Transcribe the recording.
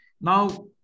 now